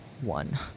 one